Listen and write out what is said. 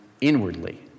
inwardly